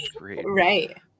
right